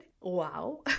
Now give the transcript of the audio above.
wow